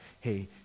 hey